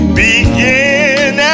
begin